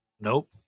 Nope